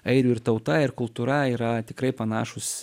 airių ir tauta ir kultūra yra tikrai panašūs